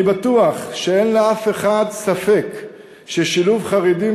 אני בטוח שאין לאף אחד ספק ששילוב חרדים,